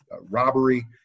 Robbery